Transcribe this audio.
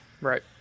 Right